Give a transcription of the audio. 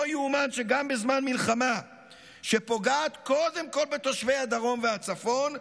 לא ייאמן שגם בזמן מלחמה שפוגעת קודם כול בתושבי הדרום והצפון,